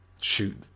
shoot